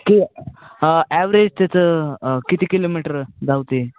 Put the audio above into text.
के average त्याचं किती kilometre धावते